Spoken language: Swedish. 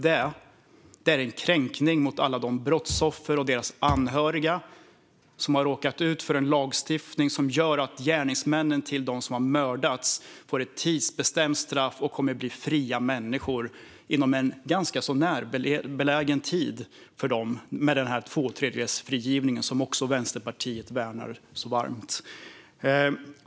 Det är en kränkning mot alla de brottsoffer och deras anhöriga som har råkat ut för en lagstiftning som gör att gärningsmännen till dem som har mördats får ett tidsbestämt straff och tack vare tvåtredjedelsfrigivningen kommer att bli fria människor inom en närbelägen tid, som Vänsterpartiet värnar så varmt.